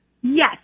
Yes